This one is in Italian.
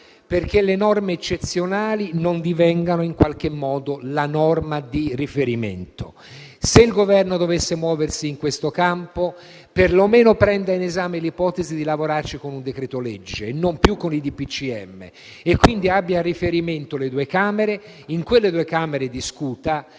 perché le norme eccezionali non divengano in qualche modo la norma di riferimento. Se il Governo dovesse muoversi in questo campo, perlomeno prenda in esame l'ipotesi di lavorarci con un decreto-legge, non più con i decreti del Presidente del Consiglio dei ministri,